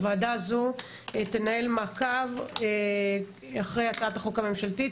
הוועדה הזו תנהל מעקב אחרי הצעת החוק הממשלתית,